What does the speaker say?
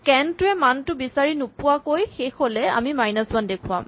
scan টোৱে মানটো বিচাৰি নোপোৱাকৈ শেষ হ'লে আমি মাইনাচ ৱান দেখুৱাম